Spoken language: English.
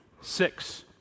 six